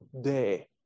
day